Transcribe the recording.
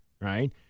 right